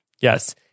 Yes